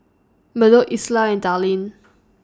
Murdock Isla and Darlyne